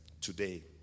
today